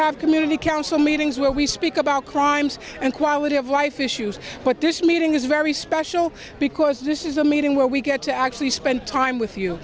have community council meetings where we speak about crimes and quality of life issues but this meeting is very special because this is a meeting where we get to actually spend time with you